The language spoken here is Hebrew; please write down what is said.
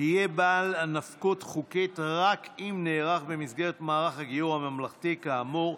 יהיה בעל נפקות חוקית רק אם נערך במסגרת מערך הגיור הממלכתי כאמור.